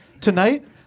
Tonight